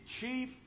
chief